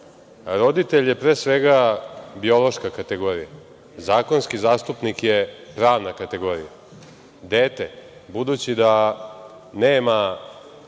roditelj je pre svega biološka kategorija. Zakonski zastupnik je pravna kategorija. Dete, budući da nema